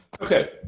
Okay